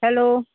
hello